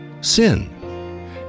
Sin